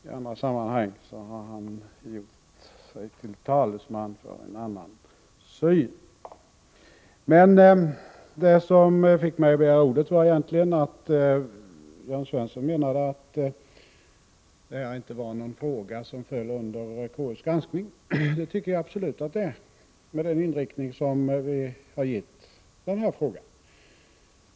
I andra sammanhang har han gjort sig till talesman för en annan syn. Men det som fick mig att begära ordet var egentligen att Jörn Svensson menade att detta inte var någon fråga som föll under konstitutionsutskottets granskning. Det tycker jag absolut att det gör, med den inriktning som vi har gett den här frågan.